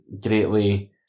greatly